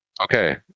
Okay